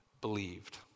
believed